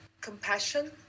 compassion